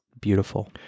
beautiful